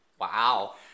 Wow